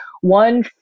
One